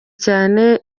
cyane